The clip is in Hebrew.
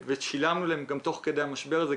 שילמנו להן תוך כדי המשבר הזה,